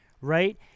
Right